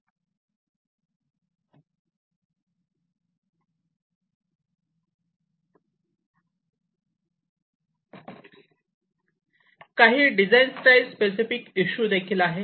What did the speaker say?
fic काही design style specific issue देखील आहेत